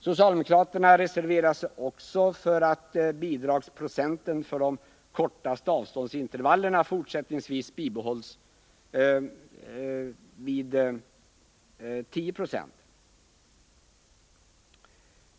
Socialdemokraterna reserverar sig även för att bidragsprocenten för de kortaste avståndsintervallerna fortsättningsvis bibehålls vid 15 90.